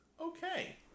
Okay